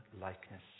likeness